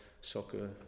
soccer